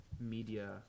media